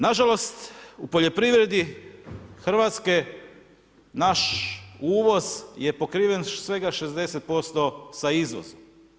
Nažalost, poljoprivreda Hrvatske, naš uvoz je pokriven svega 60% sa izvozom.